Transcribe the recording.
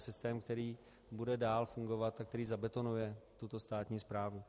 Systém, který bude dál fungovat a který zabetonuje tuto státní správu.